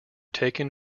taken